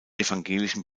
evangelischen